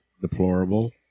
deplorable